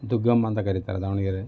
ದುಗ್ಗಮ್ಮ ಅಂತ ಕರಿತಾರೆ ದಾವಣಗೆರೇಲಿ